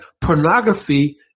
pornography